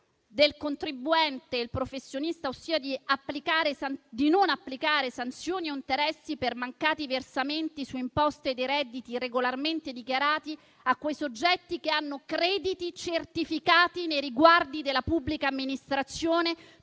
e amministratori locali - ossia di non applicare sanzioni o interessi per mancati versamenti su imposte dei redditi regolarmente dichiarati ai soggetti che hanno crediti certificati nei riguardi della pubblica amministrazione